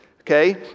okay